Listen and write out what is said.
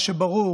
מה שברור